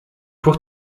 pour